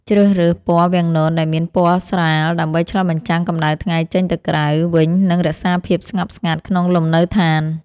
ជ្រើសរើសពណ៌វាំងននដែលមានពណ៌ស្រាលដើម្បីឆ្លុះបញ្ចាំងកម្តៅថ្ងៃចេញទៅក្រៅវិញនិងរក្សាភាពស្ងប់ស្ងាត់ក្នុងលំនៅឋាន។